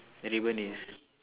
the ribbon is